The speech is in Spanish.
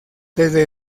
desde